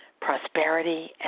prosperity